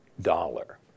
dollar